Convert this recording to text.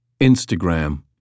Instagram